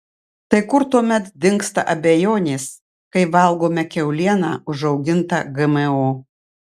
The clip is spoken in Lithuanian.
tai kur tuomet dingsta abejonės kai valgome kiaulieną užaugintą gmo